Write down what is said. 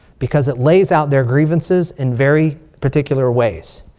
because it lays out their grievances in very particular ways.